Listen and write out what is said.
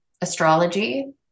astrology